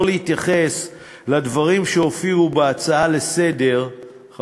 להתייחס לדברים שהופיעו בהצעה לסדר-היום,